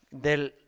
del